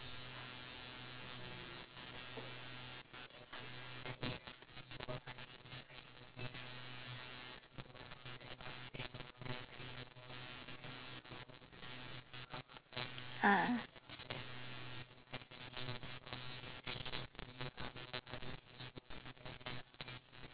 ah